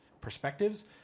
perspectives